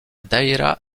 daïra